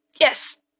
Yes